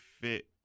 fit